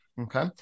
Okay